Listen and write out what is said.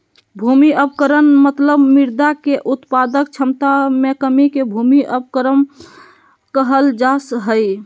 भूमि अवक्रमण मतलब मृदा के उत्पादक क्षमता मे कमी के भूमि अवक्रमण कहल जा हई